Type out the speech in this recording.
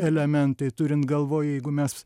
elementai turint galvoj jeigu mes